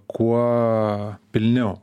kuo pilniau